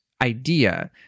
idea